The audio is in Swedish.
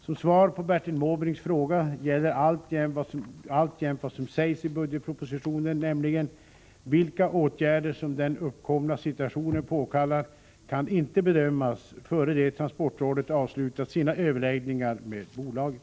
Som svar på Bertil Måbrinks fråga gäller alltjämt vad som sägs i budgetpropositionen: ”Vilka åtgärder som den uppkomna situationen påkallar kan inte bedömas före det TPR avslutat sina överläggningar med bolaget.”